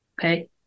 Okay